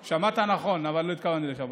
התכוונתי לשב"ס, שמעת נכון, לא התכוונתי לשב"כ.